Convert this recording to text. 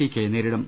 T കെയെ നേരിടും